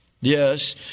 Yes